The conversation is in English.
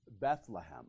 Bethlehem